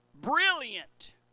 brilliant